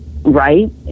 right